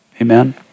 Amen